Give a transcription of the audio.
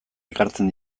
ekartzen